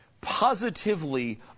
positively